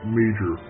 major